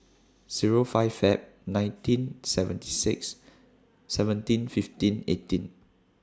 Zero five Feb nineteen seventy six seventeen fifteen eighteen